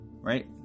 right